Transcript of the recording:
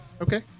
Okay